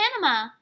Panama